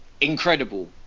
incredible